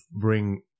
bring